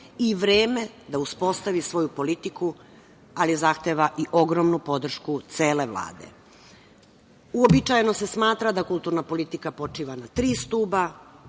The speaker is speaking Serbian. i vreme da uspostavi svoju politiku, ali zahteva i ogromnu podršku cele Vlade. Uobičajeno se smatra da kulturna politika počiva na tri stuba,